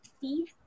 see